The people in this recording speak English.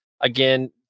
again